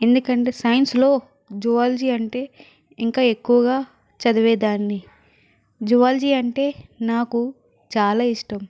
ఎందుకంటే సైన్స్ లో జువాలజీ అంటే ఇంకా ఎక్కువగా చదివేదాన్ని జువాలజీ అంటే నాకు చాలా ఇష్టం